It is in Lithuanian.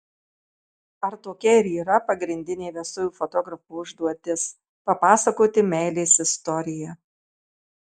ar tokia ir yra pagrindinė vestuvių fotografo užduotis papasakoti meilės istoriją